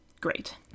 Great